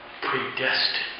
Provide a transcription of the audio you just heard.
predestined